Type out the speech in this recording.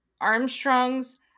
Armstrong's